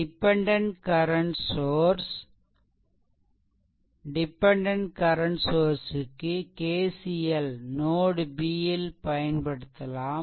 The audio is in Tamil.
டிபெண்டென்ட் கரண்ட் சோர்ஸ் க்கு KCL நோட் B ல் பயன்படுத்தலாம்